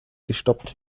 gestoppt